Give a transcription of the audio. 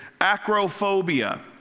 acrophobia